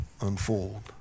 unfold